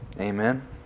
Amen